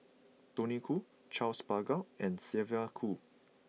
Tony Khoo Charles Paglar and Sylvia Kho